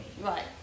Right